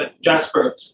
Jasper